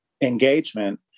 engagement